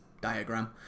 diagram